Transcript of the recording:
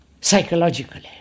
psychologically